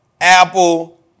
Apple